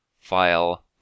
file